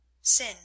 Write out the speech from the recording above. sin